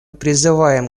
призываем